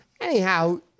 anyhow